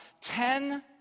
ten